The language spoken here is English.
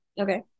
Okay